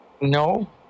No